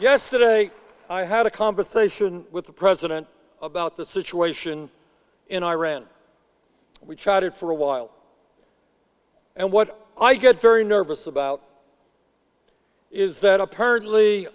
yesterday i had a conversation with the president about the situation in iran we chatted for a while and what i get very nervous about is that apparently